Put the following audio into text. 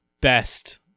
best